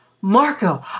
Marco